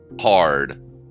hard